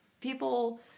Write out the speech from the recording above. people